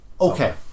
Okay